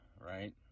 Right